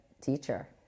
teacher